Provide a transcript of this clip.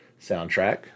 soundtrack